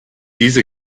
diese